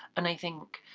and i think,